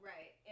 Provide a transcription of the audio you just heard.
Right